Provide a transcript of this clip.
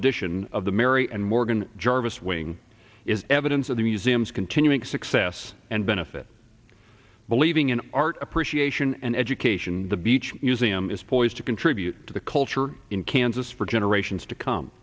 edition of the mary and morgan jarvis wing is evidence of the museum's continuing success and benefit believing in art appreciation and education the beach museum is poised to contribute to the culture in kansas for generations to come